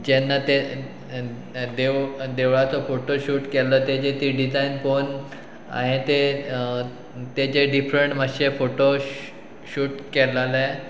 जेन्ना ते देव देवळाचो फोटो शूट केल्लो तेजे ती डिजायन पळोवन हांवें ते तेजे डिफरंट मातशे फोटो शूट केलाले